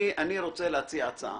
אני רוצה להציע הצעה